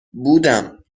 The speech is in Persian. بودم